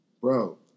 Bro